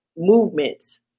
Movements